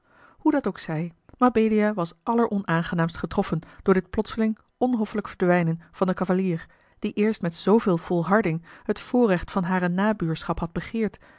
hoe dat ook zij mabelia was alleronaangenaamst getroffen door dit plotseling onhoffelijk verdwijnen van den cavalier die eerst met zooveel volharding het voorrecht van hare nabuurschap had begeerd